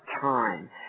time